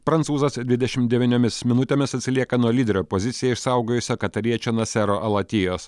prancūzas dvidešim devyniomis minutėmis atsilieka nuo lyderio poziciją išsaugojusią katariečio nasero alatijos